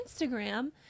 Instagram